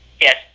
Yes